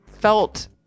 felt